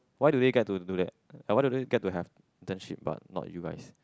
why do they get to do that why do they get to have internships but not you guys